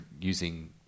using